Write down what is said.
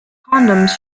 condoms